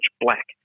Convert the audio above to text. black